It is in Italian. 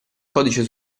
codice